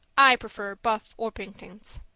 i prefer buff orpingtons.